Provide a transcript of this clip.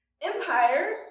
Empires